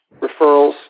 referrals